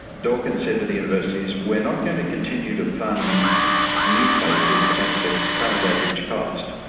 dawkins said to the universities, we're not going to continue to fund new places at the current average cost,